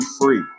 free